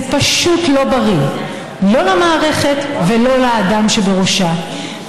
זה פשוט לא בריא, לא למערכת ולא לאדם שבראשה.